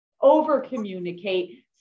over-communicate